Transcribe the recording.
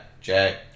Jack